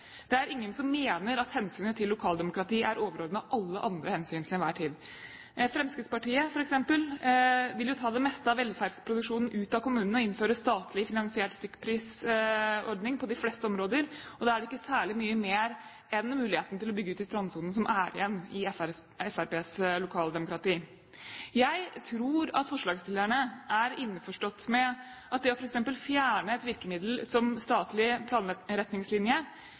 Det er ingen som mener at hensynet til lokaldemokrati er overordnet alle andre hensyn til enhver tid. Fremskrittspartiet, f.eks., vil jo ta det meste av velferdsproduksjonen ut av kommunene og innføre statlig finansiert stykkprisordning på de fleste områder. Da er det ikke særlig mye mer enn muligheten til å bygge ut i strandsonen som er igjen i Fremskrittspartiets lokaldemokrati. Jeg tror at forslagsstillerne er innforstått med at f.eks. det å fjerne et virkemiddel som statlig